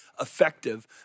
effective